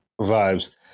Vibes